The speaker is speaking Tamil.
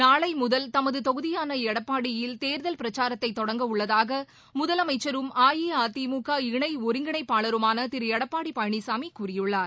நாளை முதல் தமது தொகுதியான எடப்பாடியில் தேர்தல் பிரக்சாரத்தை தொடங்கவுள்ளதாக முதலமைச்சரும் அஇஅதிமுக இணை ஒருங்கிணைப்பாளருமான திரு எடப்பாடி பழனிசாமி கூறியுள்ளார்